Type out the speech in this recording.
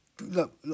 look